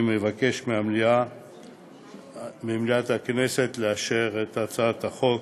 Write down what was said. אני מבקש ממליאת הכנסת לאשר את הצעת החוק